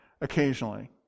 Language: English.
occasionally